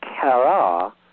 kara